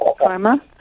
karma